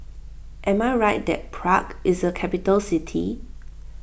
am I right that Prague is a capital city